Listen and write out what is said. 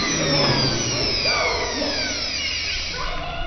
ok, let's go yes reggie